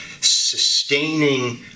sustaining